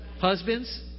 Husbands